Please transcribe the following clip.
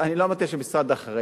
אני לא אמרתי שהמשרד אחראי.